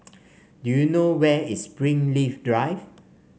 do you know where is Springleaf Drive